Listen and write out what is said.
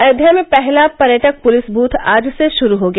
अयोध्या में पहला पर्यटक पुलिस बूथ आज से शुरू हो गया